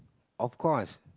of course